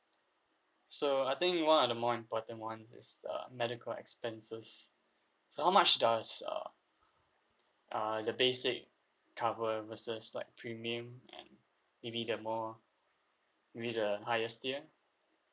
so I think one of the more important ones is uh medical expenses so how much does uh uh the basic cover versus like premium and maybe the more maybe the highest tier